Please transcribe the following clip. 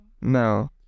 no